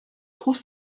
trouve